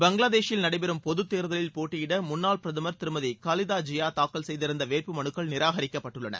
பங்களாதேஷில் நடைபெறும் பொதுத் தேர்தலில் போட்டியிட முன்னாள் பிரதமர் திருமதி கலிதா ஜியா தாக்கல் செய்திருந்த வேட்புமனுக்கள் நிராகரிக்கப்பட்டுள்ளன